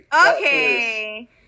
Okay